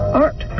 art